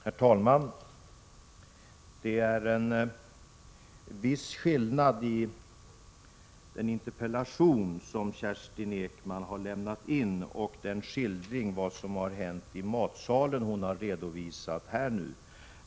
Herr talman! Det är en viss skillnad mellan innehållet i den interpellation som Kerstin Ekman har lämnat in och den skildring av vad som har hänt på I 2 som hon gjorde här.